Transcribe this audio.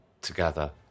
together